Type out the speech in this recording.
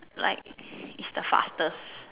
like its the fastest